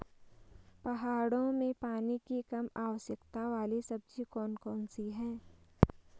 पहाड़ों में पानी की कम आवश्यकता वाली सब्जी कौन कौन सी हैं?